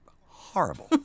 horrible